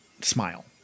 smile